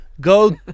Go